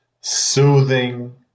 soothing